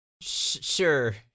Sure